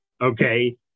Okay